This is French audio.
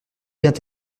vient